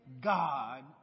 God